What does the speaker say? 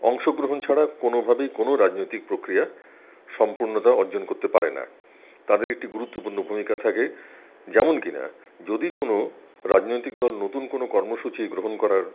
অংশগ্রহণ ছাড়া কোনোভাবেই কোনো রাজনৈতিক প্রক্রিয়া সম্পূর্ণতা অর্জন করতে পারে না তাদের একটি গুরুত্বপূর্ণ ভূমিকা থাকে যেমন কিনা যদি কোনো রাজনৈতিক দল নতুন কোনো কর্মসূচি গ্রহণ করার